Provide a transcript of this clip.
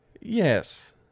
Yes